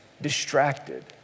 Distracted